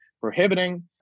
prohibiting